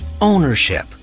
ownership